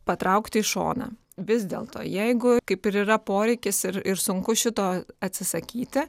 patraukti į šoną vis dėlto jeigu kaip ir yra poreikis ir ir sunku šito atsisakyti